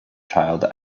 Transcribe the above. child